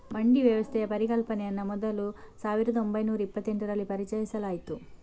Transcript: ಮಂಡಿ ವ್ಯವಸ್ಥೆಯ ಪರಿಕಲ್ಪನೆಯನ್ನ ಮೊದಲು ಸಾವಿರದ ಒಂಬೈನೂರ ಇಪ್ಪತೆಂಟರಲ್ಲಿ ಪರಿಚಯಿಸಲಾಯ್ತು